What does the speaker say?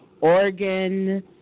Oregon